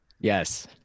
yes